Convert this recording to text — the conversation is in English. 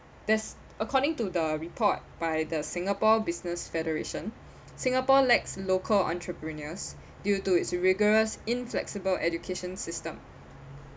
there's according to the report by the singapore business federation singapore lacks local entrepreneurs due to its rigorous inflexible education system